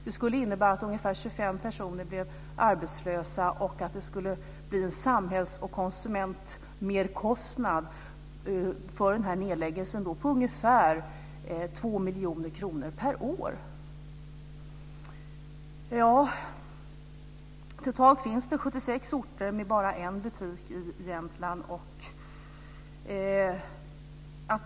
Det skulle innebära att ungefär 25 personer skulle bli arbetslösa och att det skulle bli en samhälls och konsumentmerkostnad för den här nedläggningen på ungefär 2 miljoner kronor per år. Totalt finns det 76 orter med bara en butik i Jämtland.